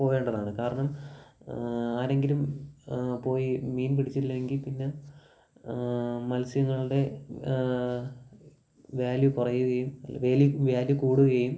പോകേണ്ടതാണ് കാരണം ആരെങ്കിലും പോയി മീൻ പിടിച്ചില്ലെങ്കില് പിന്നെ മത്സ്യങ്ങളുടെ വാല്യൂ കുറയുകയും വാല്യൂ കൂടുകയും